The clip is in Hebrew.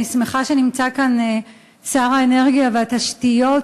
אני שמחה שנמצא כאן שר האנרגיה והתשתיות,